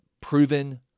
proven